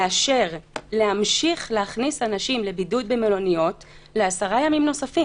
ואפשר ששרון אולי תגיד אם גם חלק מהדרייב-אינים פיקוד העורף מאפשרים.